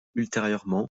ultérieurement